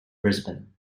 brisbane